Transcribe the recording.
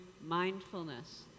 mindfulness